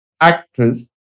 actress